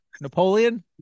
Napoleon